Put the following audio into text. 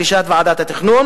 על-פי דרישת ועדת התכנון